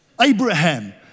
Abraham